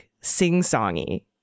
sing-songy